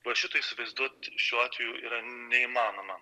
va šito įsivaizduot šiuo atveju yra neįmanoma